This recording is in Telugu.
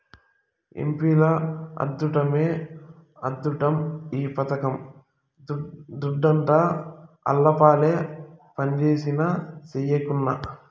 ఎంపీల అద్దుట్టమే అద్దుట్టం ఈ పథకం దుడ్డంతా ఆళ్లపాలే పంజేసినా, సెయ్యకున్నా